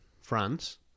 France